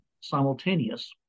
simultaneous